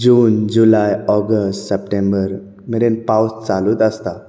जून जुलाय ऑगस्ट सेप्टेंबर मेरेन पावस चालूच आसता